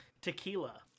tequila